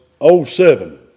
07